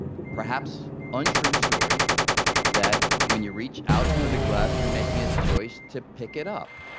perhaps untrue story that when you reach out for the glass, you're making a choice to pick it up.